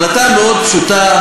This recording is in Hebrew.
החלטה מאוד פשוטה,